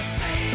say